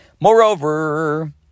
Moreover